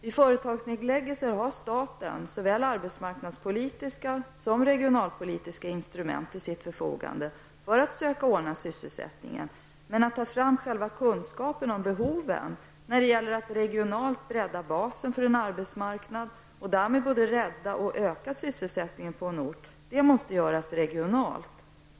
Vid företagsnedläggelser har staten såväl arbetsmarknadspolitiska som regionalpolitiska instrument till sitt förfogande för att söka ordna sysselsättningen. Men att ta fram själva kunskapen om behoven, när det gäller att regionalt bredda basen för en arbetsmarknad och därmed både rädda och öka sysselsättningen på en ort, måste göras regionalt.